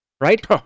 Right